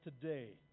today